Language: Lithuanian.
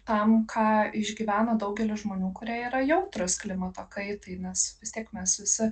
tam ką išgyvena daugelis žmonių kurie yra jautrūs klimato kaitai nes vis tiek mes visi